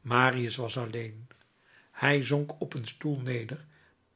marius was alleen hij zonk op een stoel neder